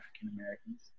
African-Americans